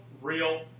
real